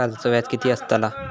कर्जाचो व्याज कीती असताला?